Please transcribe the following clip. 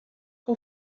que